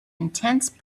intense